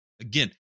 Again